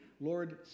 lord